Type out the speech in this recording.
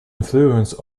influence